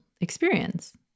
experience